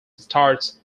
starts